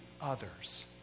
others